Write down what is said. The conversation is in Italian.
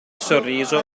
sorriso